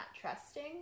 trusting